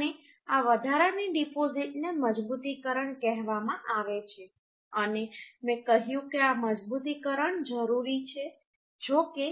અને આ વધારાની ડિપોઝિટને મજબૂતીકરણ કહેવામાં આવે છે અને મેં કહ્યું કે આ મજબૂતીકરણ જરૂરી છે જો કે